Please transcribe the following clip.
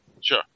Sure